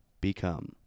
become